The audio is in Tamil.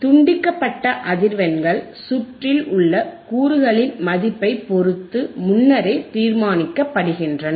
துண்டிக்கப்பட்ட அதிர்வெண்கள் சுற்றில் உள்ள கூறுகளின் மதிப்பைப் பொறுத்து முன்னரே தீர்மானிக்கப்படுகின்றன